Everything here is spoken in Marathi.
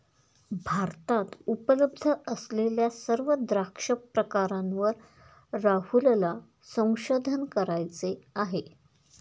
भारतात उपलब्ध असलेल्या सर्व द्राक्ष प्रकारांवर राहुलला संशोधन करायचे आहे